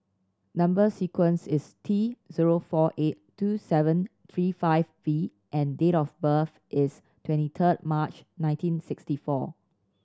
number sequence is T zero four eight two seven three five V and date of birth is twenty third March nineteen sixty four